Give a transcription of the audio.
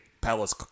palace